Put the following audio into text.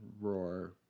roar